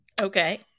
Okay